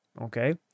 Okay